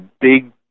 big